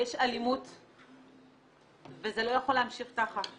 יש אלימות וזה לא יכול להמשיך ככה.